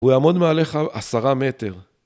הוא יעמוד מעליך עשרה מטר